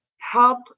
help